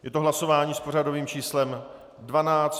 Je to hlasování s pořadovým číslem 12.